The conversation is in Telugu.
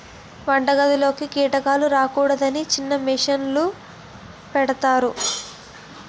వంటగదిలోకి కీటకాలు రాకూడదని చిన్న మెష్ లు పెడతారు